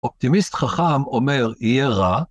‫אופטימיסט חכם אומר, ‫יהיה רע.